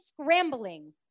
scrambling